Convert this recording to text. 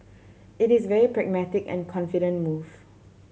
it is very pragmatic and confident move